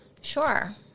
Sure